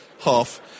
half